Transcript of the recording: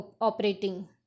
operating